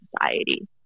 society